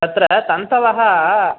तत्र तन्तवः